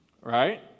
Right